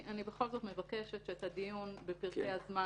אני בכל זאת מבקשת שאת הדיון בפרקי הזמן,